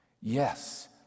Yes